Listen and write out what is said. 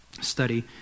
study